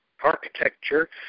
architecture